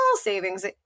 savings